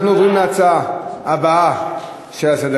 כל הכבוד לש"ס,